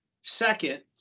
Second